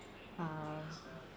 uh